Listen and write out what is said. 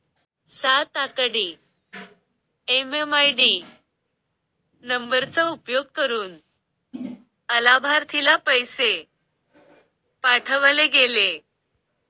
सात आकडी एम.एम.आय.डी नंबरचा उपयोग करुन अलाभार्थीला पैसे पाठवले गेले